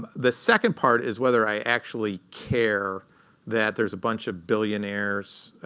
the second part is whether i actually care that there's a bunch of billionaires